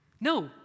No